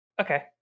Okay